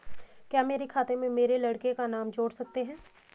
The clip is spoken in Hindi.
क्या मेरे खाते में मेरे लड़के का नाम जोड़ सकते हैं?